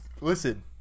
listen